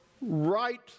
right